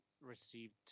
received